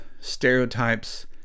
stereotypes